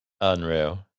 Unreal